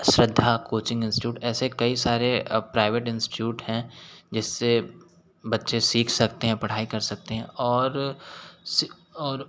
श्रद्धा coaching institute ऐसे कई सारे प्राइवेट इंसट्यूट हैं जिससे बच्चे सीख सकते हैं पढ़ाई कर सकते हैं और सी और